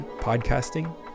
podcasting